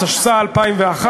התשס"א 2001,